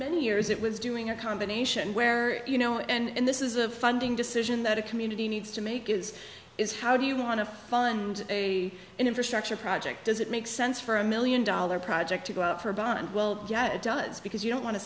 years it was doing a combination where you know and this is a funding decision that a community needs to make is is how do you want to fund a infrastructure project does it make sense for a million dollar project to go out for a band well yeah it does because you don't want to